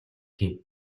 гэв